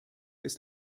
ist